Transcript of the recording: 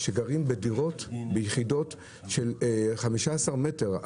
שגרים בדירות ביחידות של 15 מטר.